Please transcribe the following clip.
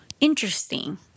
interesting